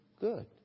good